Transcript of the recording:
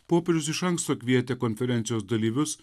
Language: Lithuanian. popiežius iš anksto kvietė konferencijos dalyvius